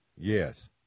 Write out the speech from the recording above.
Yes